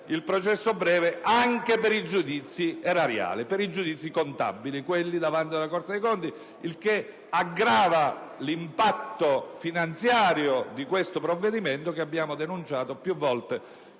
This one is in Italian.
rilevante - anche per i giudizi erariali, per i giudizi contabili davanti alla Corte dei conti, aggravando l'impatto finanziario di questo provvedimento, che abbiamo denunciato più volte